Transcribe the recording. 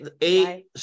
eight